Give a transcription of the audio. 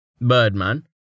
Birdman